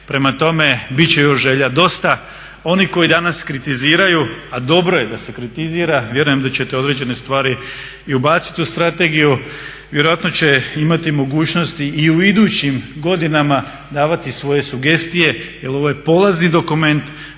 Prema tome, bit će još želja dosta. Oni koji danas kritiziraju, a dobro je da se kritizira vjerujem da ćete određene stvari i ubaciti u strategiju. Vjerojatno će imati mogućnosti i u idućim godinama davati svoje sugestije, jer ovo je polazni dokument